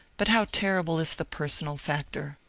but how terrible is the personal factor!